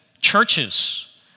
churches